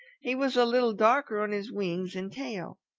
he was a little darker on his wings and tail.